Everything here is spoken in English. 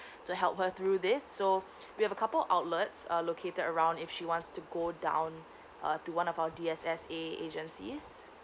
to help her through this so we have a couple of outlets uh located around if she wants to go down uh to one of our D_S_S_A agencies